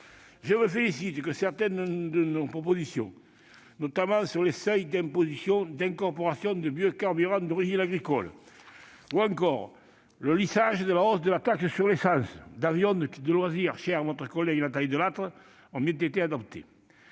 Je me félicite que certaines de nos propositions, notamment sur les seuils d'imposition d'incorporation de biocarburants d'origine agricole, ou encore sur le lissage de la hausse de la taxe sur l'essence des avions de loisirs, cher à notre collègue Nathalie Delattre, aient été adoptées.